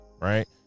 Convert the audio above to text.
right